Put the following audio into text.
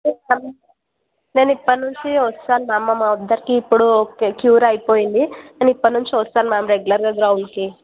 నేను ఇప్పటి నుంచి వస్తాను మ్యామ్ మా మదర్కి ఇప్పుడు ఓకే క్యూర్ అయిపోయింది నేను ఇప్పటినుంచి వస్తాను మ్యామ్ రెగ్యులర్గా గ్రౌండ్కి